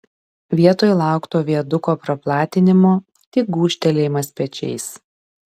vietoj laukto viaduko praplatinimo tik gūžtelėjimas pečiais